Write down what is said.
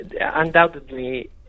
undoubtedly